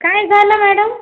काय झालं मॅडम